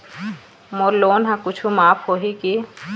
मोर loan हा कुछू माफ होही की?